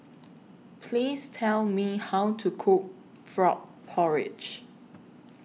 Please Tell Me How to Cook Frog Porridge